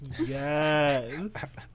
Yes